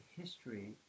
history